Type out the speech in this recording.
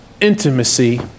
intimacy